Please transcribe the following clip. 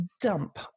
dump